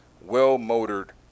well-motored